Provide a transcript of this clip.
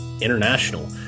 international